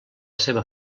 seva